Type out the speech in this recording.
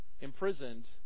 imprisoned